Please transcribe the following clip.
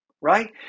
right